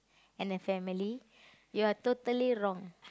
and a family you are totally wrong